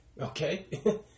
okay